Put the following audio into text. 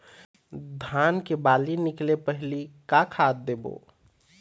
धान के बाली निकले पहली का खाद देबो?